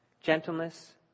gentleness